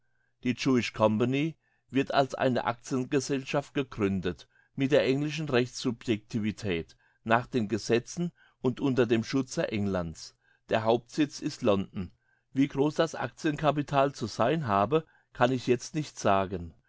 company wird als eine actiengesellschaft gegründet mit der englischen rechtssubjectivität nach den gesetzen und unter dem schutze englands der hauptsitz ist london wie gross das actiencapital zu sein habe kann ich jetzt nicht sagen